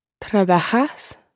Trabajas